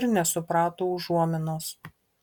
ir nesuprato užuominos